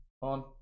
on